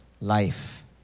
life